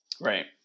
Right